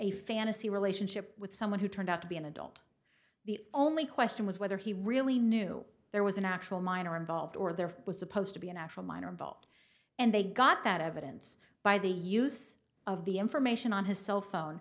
a fantasy relationship with someone who turned out to be an adult the only question was whether he really knew there was a natural minor involved or there was supposed to be a natural minor involved and they got that evidence by the use of the information on his cell phone